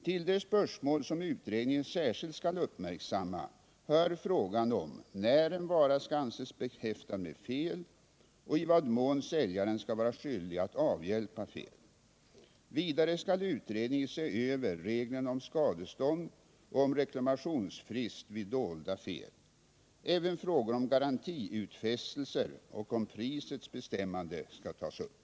Till de spörsmål som utredningen särskilt skall uppmärksamma hör frågan om när en vara skall anses behäftad med fel och i vad mån säljaren skall vara skyldig att avhjälpa fel. Vidare skall utredningen se över reglerna om skadestånd och om reklamationsfrist vid dolda fel. Även frågor om garantiutfästelser och om prisets bestämmande skall tas upp.